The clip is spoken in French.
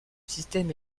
système